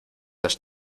has